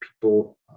people